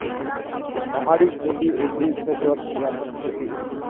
पहाड़ी खेती ऊपरी क्षेत्रत व्यापक खेती छे